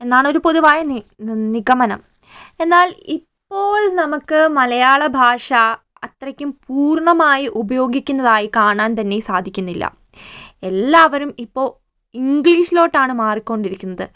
എന്നാണൊരു പൊതുവായ നിഗമനം എന്നാൽ ഇപ്പോൾ നമുക്ക് മലയാള ഭാഷ അത്രക്കും പൂർണ്ണമായും ഉപയോഗിക്കുന്നതായി കാണാൻ തന്നെ സാധിക്കുന്നില്ല എല്ലാവരും ഇപ്പൊൾ ഇംഗ്ലിഷിലോട്ടാണ് മാറിക്കൊണ്ടിരിക്കുന്നത്